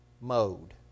mode